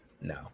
no